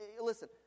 listen